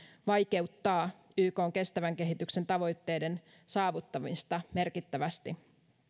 vaikeuttaa ykn kestävän kehityksen tavoitteiden saavuttamista merkittävästi